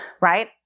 right